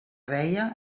veia